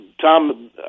Tom